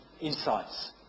insights